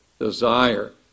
desire